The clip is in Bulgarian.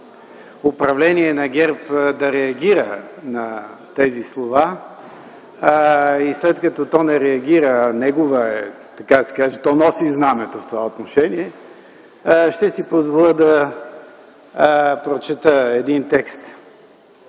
управление на ГЕРБ да реагира на тези слова и след като то не реагира – а негова е, така да се каже, то носи знамето в това отношение – ще си позволя да прочета един текст.